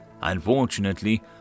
Unfortunately